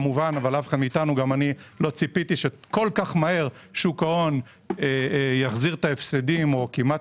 גם אני לא ציפיתי שכל כך מהר שוק ההון יחזיר את ההפסדים או כמעט